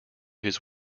his